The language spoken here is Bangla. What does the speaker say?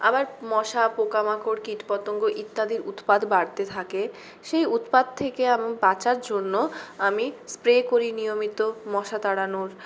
আবার মশা পোকামাকড় কীটপতঙ্গ ইত্যাদির উৎপাত বাড়তে থাকে সেই উৎপাত থেকে আমি বাঁচার জন্য আমি স্প্রে করি নিয়মিত মশা তাড়ানোর